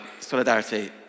solidarity